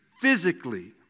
physically